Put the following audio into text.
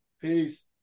Peace